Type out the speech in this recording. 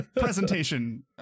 presentation